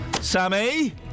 Sammy